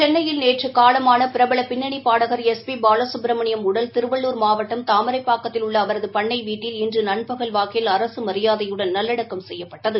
சென்னையில் நேற்று காலமான பிரபல பின்னணி பாடகர் எஸ் பி பாலசுப்ரமணியம் உடல் திருவள்ளுர் மாவட்டம் தாமரைப்பாக்கத்தில் உள்ள அவரது பண்ணை வீட்டில் இன்று நண்பகல் வாக்கில் அரசு மியாதையுடன் நல்லடக்கம் செய்யப்பட்டது